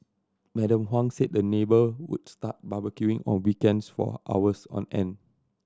Madam Huang said the neighbour would start barbecuing on weekends for hours on end